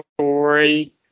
story